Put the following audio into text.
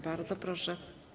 Bardzo proszę.